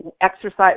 exercise